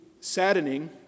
saddening